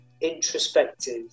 introspective